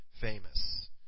famous